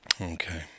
Okay